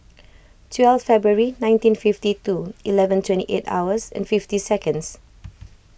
twelve February nineteen fifty two eleven twenty eight hours and fifty seconds